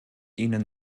ihnen